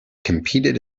competed